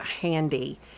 handy